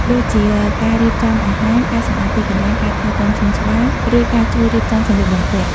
ដូចជាការរៀបចំអាហារ ការសម្អាតទីកន្លែង ការថែទាំសួនច្បារ ឬការជួយរៀបចំសម្លៀកបំពាក់។